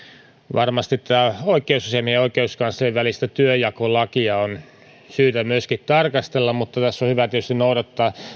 varmasti tätä oikeusasiamiehen ja oikeuskanslerin välistä työnjakolakia on myöskin syytä tarkastella mutta tässä on hyvä tietysti noudattaa